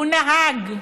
הוא נהג,